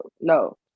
No